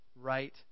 right